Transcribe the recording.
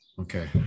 Okay